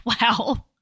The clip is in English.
Wow